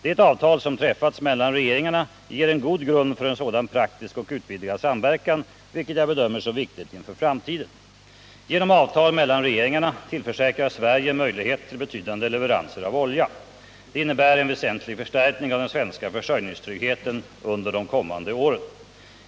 Det avtal som träffats mellan regeringarna ger en god grund för en sådan praktisk och utvidgad samverkan, vilket jag bedömer som viktigt inför framtiden. Genom avtal mellan regeringarna tillförsäkras Sverige möjlighet till betydande leveranser av olja. Det innebär en väsentlig förstärkning av den svenska försörjningstryggheten under de kommande åren.